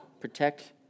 Protect